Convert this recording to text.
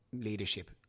leadership